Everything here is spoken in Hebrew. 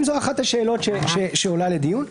זו אחת השאלות שעולה לדיון.